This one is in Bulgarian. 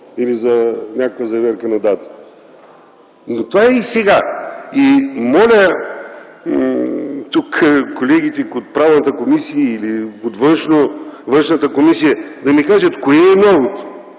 или за някаква заверка на дата. Това е и сега. Моля колегите от Правната комисия или от Външната комисия да ми кажат: кое е новото?